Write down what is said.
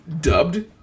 dubbed